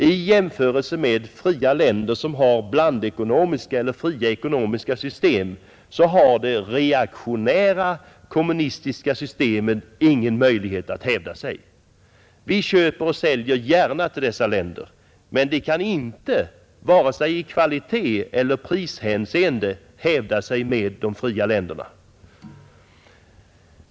I jämförelse med fria länder som har blandekonomiska eller fria ekonomiska system har det reaktionära kommunistiska systemet ingen möjlighet att hävda sig. Vi köper och säljer gärna till dessa länder, men de kan inte vare sig i kvalitetseller prishänseende hävda sig med de fria länderna.